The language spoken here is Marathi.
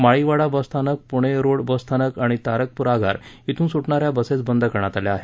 माळी वाडा बस स्थानकपुणे रोड बसस्थानक आणि तारकपूर आगार येथून सुटणाऱ्या बसेस बंद करण्यात आल्या आहेत